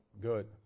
Good